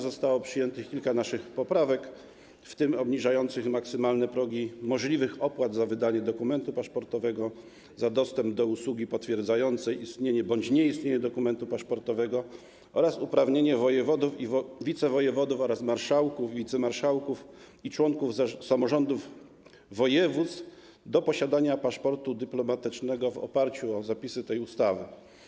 Zostało przyjętych kilka naszych poprawek, w tym obniżających maksymalne progi możliwych opłat za wydanie dokumentu paszportowego, za dostęp do usługi potwierdzającej istnienie bądź nieistnienie dokumentu paszportowego oraz dotyczących uprawnienia wojewodów i wicewojewodów oraz marszałków, wicemarszałków i członków samorządów województw do posiadania paszportu dyplomatycznego w oparciu o zapisy tej ustawy.